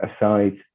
aside